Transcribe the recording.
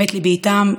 באמת ליבי איתם.